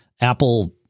Apple